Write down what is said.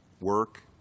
work